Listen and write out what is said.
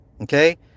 Okay